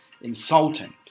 insulting